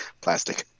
Plastic